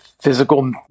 physical